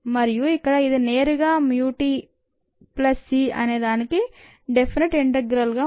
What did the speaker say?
మరియు ఇక్కడ ఇది నేరుగా mu t ప్లస్ c అనేది డిఫినెట్ఇంటిగ్రల్ గా ఉంటుంది